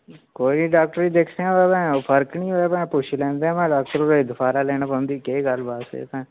कोई doctor ji injection गै लाओ भैं फर्क नी होएआ भैं पुच्छी लैंदे में डाक्टर होरें गी दोबारा लैनी पौंदी केह् गल्लबात ऐ भैं